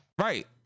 Right